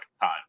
time